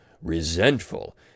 resentful